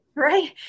right